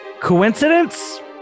Coincidence